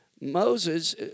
Moses